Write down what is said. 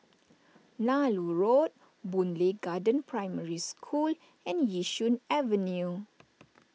Nallur Road Boon Lay Garden Primary School and Yishun Avenue